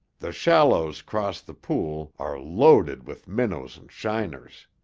the shallows cross the pool are loaded with minnows and shiners.